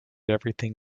everything